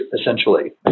essentially